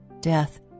death